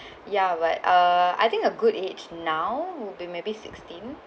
ya but uh I think a good age now would be maybe sixteen